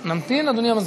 נמתין, אדוני המזכיר?